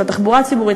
של תחבורה ציבורית,